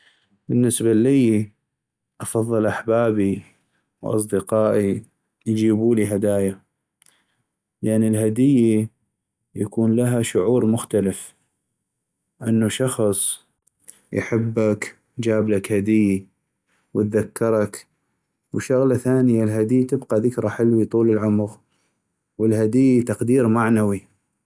بالنسبة اللي أفصل احبابي واصدقائي يجيبولي هدايا ، لأن الهدي يكون لها شعور مختلف انو شخص يحبك جابك هدي وتذكرك وشغلة ثانية الهدي تبقى ذكرى حلوي طول العمغ ، والهدي تقدير معنوي.